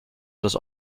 das